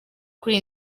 kuri